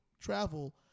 travel